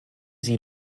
sie